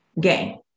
gain